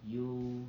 you